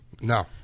No